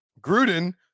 Gruden